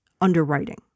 underwriting